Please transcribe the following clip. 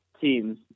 teams